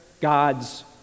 God's